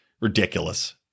Ridiculous